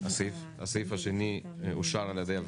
הצבעה אושר.